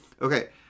okay